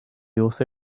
also